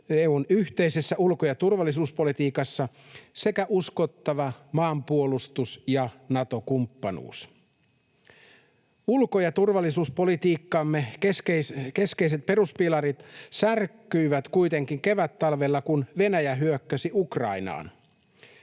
EU:n yhteisessä ulko- ja turvallisuuspolitiikassa sekä uskottava maanpuolustus ja Nato-kumppanuus. Ulko- ja turvallisuuspolitiikkamme keskeiset peruspilarit särkyivät kuitenkin kevättalvella, kun Venäjä hyökkäsi Ukrainaan.